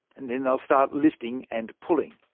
and then they'll start lifting and pulling.